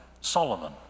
Solomon